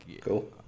Cool